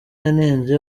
yanenze